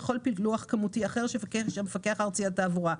וכל פילוח כמותי אחר שיבקש המפקח הארצי על התעבורה.